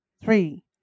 three